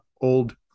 old